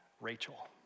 Rachel